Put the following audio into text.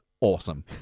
awesome